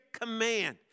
command